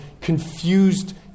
confused